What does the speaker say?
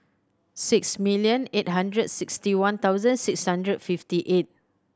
six million eight hundred sixty one thousand six hundred fifty eight